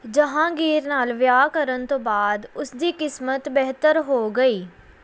ਜਹਾਂਗੀਰ ਨਾਲ ਵਿਆਹ ਕਰਨ ਤੋਂ ਬਾਅਦ ਉਸ ਦੀ ਕਿਸਮਤ ਬਿਹਤਰ ਹੋ ਗਈ